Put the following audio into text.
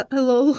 Hello